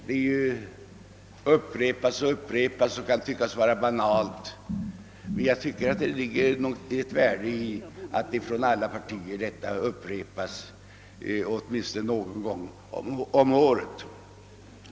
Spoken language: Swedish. Det upprepas och upprepas och kan tyckas vara banalt, men jag tycker att det ligger ett värde i att detta fastslås från alla partier åtminstone någon gång om året.